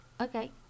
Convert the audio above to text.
Okay